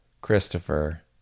Christopher